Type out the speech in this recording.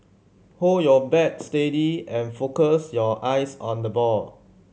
hold your bat steady and focus your eyes on the ball